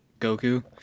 Goku